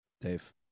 Dave